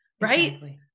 right